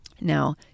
Now